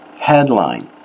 headline